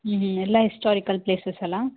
ಹ್ಞೂ ಹ್ಞೂ ಎಲ್ಲ ಹಿಸ್ಟಾರಿಕಲ್ ಪ್ಲೇಸಸ್ ಅಲ್ಲಾ